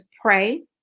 pray